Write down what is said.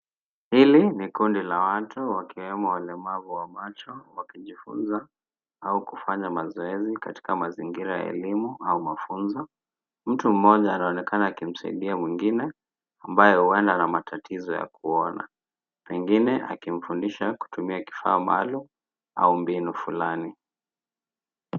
Hili ni kundi la watu wakiwemo walemavu wa macho wakijifunza au kufanya mazoezi katika mazingira ya elimu au mafunzo. Mtu mmoja anaonekana akimsaidia mwingine ambaye huenda anamatatizo ya kuona pengine akimfundisha kutumia kifaa maalum au mbinu fulani.